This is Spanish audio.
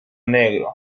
negro